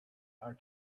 our